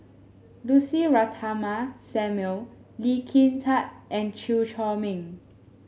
Lucy Ratnammah Samuel Lee Kin Tat and Chew Chor Meng